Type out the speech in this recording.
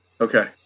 okay